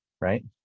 right